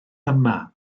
yma